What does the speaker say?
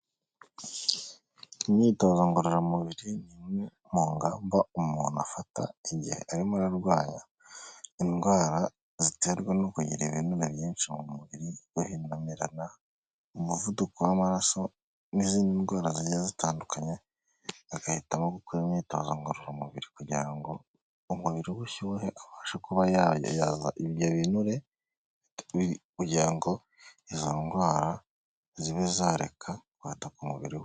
Imyitozo ngororamubiri ni imwe mu ngamba umuntu afata igihe arimo ararwara indwara ziterwa no kugira ibinure byinshi mu mubiri, guhengamirana, umuvuduko w'amaraso n'izindi ndwara zigiye zitandukanye. Agahitamo gukora imyitozo ngororamubiri kugira ngo umubiri we ushyuhe abashe kuba yayaza ibyo binure kugirango izo ndwara zibe zareka kwaduka mubiri we.